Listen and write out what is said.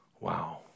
Wow